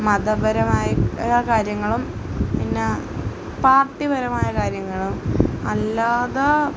മതപരമായ കാര്യങ്ങളും പിന്ന പാർട്ടിപരമായ കാര്യങ്ങളും അല്ലാതെ